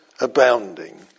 abounding